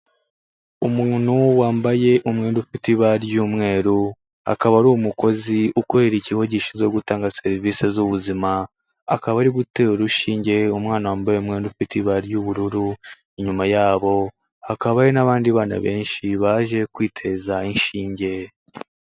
Umuntu wambaye umwenda ufite ibara ry'umweru, akaba ari umukozi ukorera ikigo gishinzwe gutanga serivise z'ubuzima, akaba ari gutera urushinge umwana wambaye umwenda ufite ibara ry'ubururu, inyuma yabo hakaba hari n'abandi bana benshi baje kwiteza inshinge.